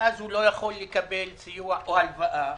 ואז הוא לא יכול לקבל סיוע או הלוואה,